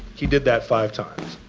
he did that five times,